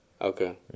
Okay